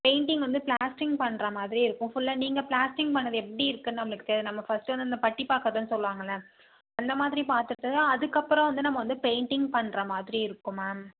painting வந்து plastering பண்ணுற மாதிரி இருக்கும் ஃபுல்லாக நீங்கள் பிளாஸ்டிங் பண்ணது எப்படி இருக்கு நமக்குத் தேவை நம்ம பர்ஸ்ட்டு வந்து பட்டி பாக்கிறதுனு சொல்வாங்கள்ல அந்த மாதிரி பார்த்துட்டு அதுக்கப்புறம் வந்து நம்ம வந்து பெயிண்டிங் பண்ணுற மாதிரி இருக்கும் மேம்